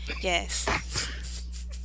Yes